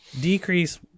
decrease